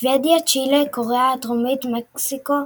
שוודיה, צ'ילה, קוריאה הדרומית, מקסיקו,